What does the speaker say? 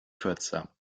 kürzer